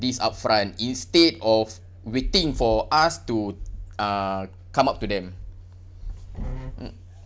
this upfront instead of waiting for us to uh come up to them mm